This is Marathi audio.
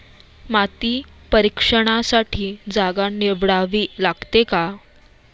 माती परीक्षणासाठी जागा निवडावी लागते का?